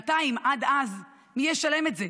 בינתיים, עד אז, מי ישלם את זה?